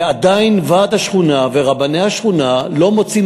ועדיין ועד השכונה ורבני השכונה לא מוצאים